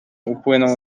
upłynął